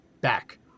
back